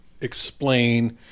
explain